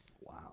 Wow